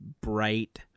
bright